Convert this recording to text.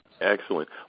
Excellent